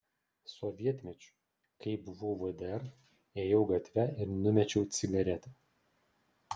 sovietmečiu kai buvau vdr ėjau gatve ir numečiau cigaretę